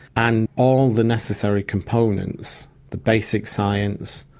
and all the necessary components the basic science,